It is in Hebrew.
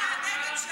חבריי חברי הכנסת,